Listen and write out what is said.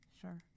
Sure